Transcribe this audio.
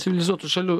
civilizuotų šalių